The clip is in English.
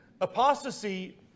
apostasy